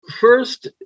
First